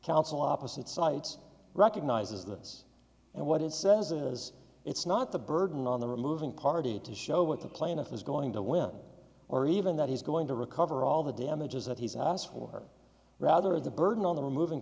council opposite sides recognises this and what it says it is it's not the burden on the removing party to show what the plaintiff is going to win or even that he's going to recover all the damages that he's asked for or rather the burden on the moving